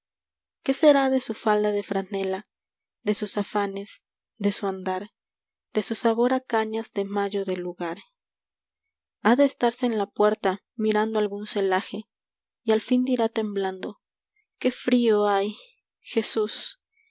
qué será de su falda de franela de sus afanes de su andar de su sabor a cañas de mayo del lugar ha de estarse a la puerta mirando algún celaje y al fin dirá temblando qué frío hay jesús